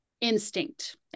instinct